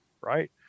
right